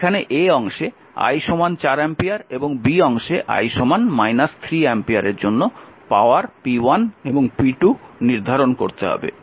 এখানে অংশে I 4 ampere এবং অংশে I 3 অ্যাম্পিয়ারের জন্য পাওয়ার p1 এবং p2 নির্ধারণ করতে হবে